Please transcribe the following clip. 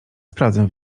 sprawdzę